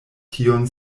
tion